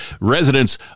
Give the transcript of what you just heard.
Residents